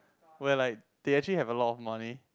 where like they actually have a lot of money